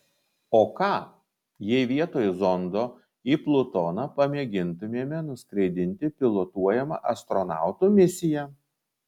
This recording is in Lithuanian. o ką jei vietoj zondo į plutoną pamėgintumėme nuskraidinti pilotuojamą astronautų misiją